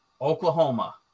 Oklahoma